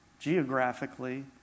geographically